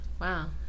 Wow